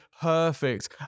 perfect